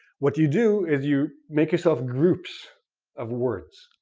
what you do is you make yourself groups of words,